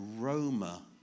aroma